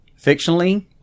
Fictionally